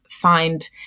find